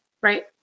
Right